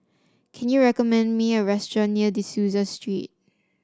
can you recommend me a restaurant near De Souza Street